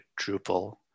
Drupal